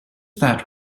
that